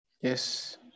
Yes